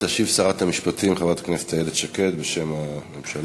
תשיב שרת המשפטים חברת הכנסת איילת שקד בשם הממשלה.